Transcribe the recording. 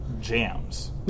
jams